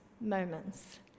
moments